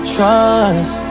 Trust